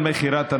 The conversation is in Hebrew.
על מכירת הנגב.